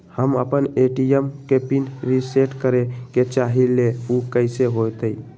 हम अपना ए.टी.एम के पिन रिसेट करे के चाहईले उ कईसे होतई?